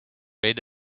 read